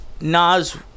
Nas